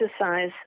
exercise